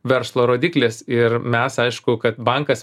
verslo rodiklis ir mes aišku kad bankas